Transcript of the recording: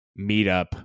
meetup